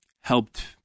helped